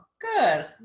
Good